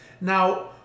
now